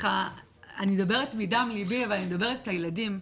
אני מדברת מדם ליבי אבל אני מדברת, הילדים.